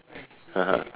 (uh huh)